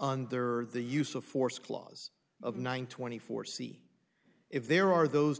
and there are the use of force clause of nine twenty four see if there are those